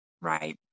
Right